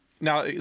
Now